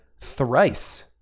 thrice